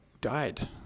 died